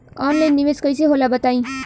Online निवेस कइसे होला बताईं?